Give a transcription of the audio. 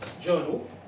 Journal